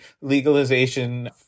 legalization